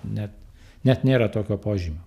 net net nėra tokio požymio